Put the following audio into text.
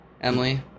Emily